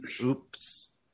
Oops